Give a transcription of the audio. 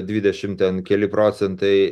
dvidešimt ten keli procentai